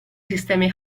sistemi